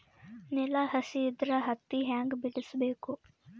ನೆಲ ಹಸಿ ಇದ್ರ ಹತ್ತಿ ಹ್ಯಾಂಗ ಬಿಡಿಸಬೇಕು?